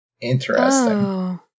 Interesting